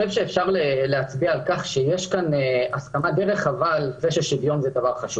חושב שאפשר לומר שיש כאן הסכמה די רחבה על חשיבותו של שוויון.